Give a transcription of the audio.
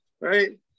right